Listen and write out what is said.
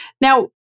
Now